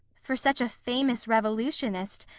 for such a famous revolutionist,